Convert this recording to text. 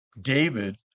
David